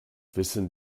wissen